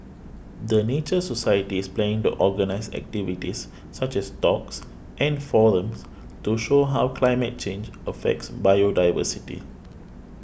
the Nature Society is planning to organise activities such as talks and forums to show how climate change affects biodiversity